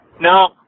No